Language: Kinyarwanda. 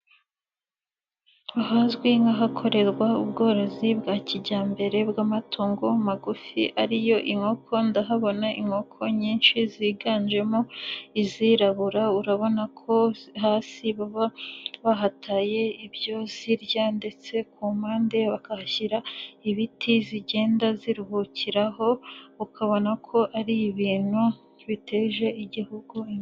Ahazwi nk'ahakorerwa ubworozi bwa kijyambere bw'amatungo magufi ariyo inkoko, ndahabona inkoko nyinshi ziganjemo izirabura, urabona ko hasi baba bahataye ibyo zirya ndetse ku mpande bakahashyira ibiti zigenda ziruhukiraho, ukabona ko ari ibintu biteje igihugu imbere.